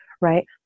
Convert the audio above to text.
right